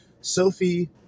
Sophie